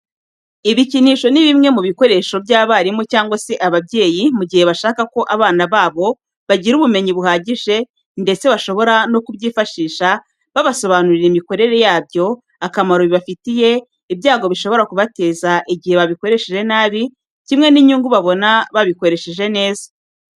Ibikinisho ni bimwe mu bikoreshwa n'abarimu cyangwa se ababyeyi mu gihe bashaka ko abana babo bagira ubumenyi buhagije ndetse bashobora no kubyifashisha babasobanurira imikorere yabyo, akamaro bibafitiye, ibyago bishobora kubateza igihe babikoresheje nabi kimwe n'inyungu babona babikoresheje neza.